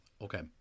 Okay